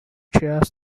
chairs